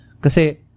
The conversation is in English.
Kasi